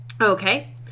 Okay